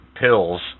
pills